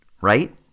right